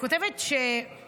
היא כותבת שעינב